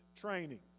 training